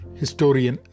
historian